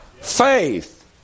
Faith